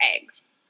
eggs